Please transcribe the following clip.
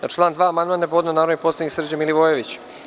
Na član 2. amandman je podneo narodni poslanik Srđan Milivojević.